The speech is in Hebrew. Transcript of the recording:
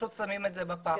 שמים את זה בפח.